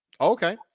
Okay